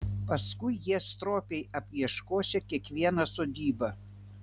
paskui jie stropiai apieškosią kiekvieną sodybą